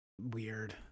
weird